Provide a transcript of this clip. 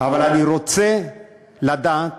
אבל אני רוצה לדעת